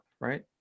Right